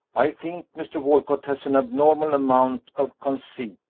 i think mr. walcott has an abnormal amount of conceit,